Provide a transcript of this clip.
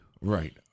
Right